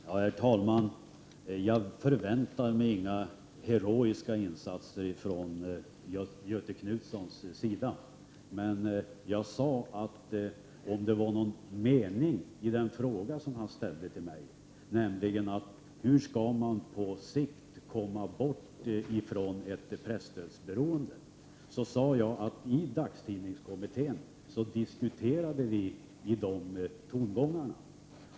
Herr talman! Jag förväntar mig inga heroiska insatser från Göthe Knutsons sida. Jag frågade bara vad meningen var med den fråga som han ställde till mig. Det handlar alltså om frågan: Hur skall man på sikt komma bort från presstödsberoendet? Jag sade att vi i dagstidningskommittéen har diskuterat i de tongångarna.